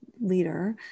leader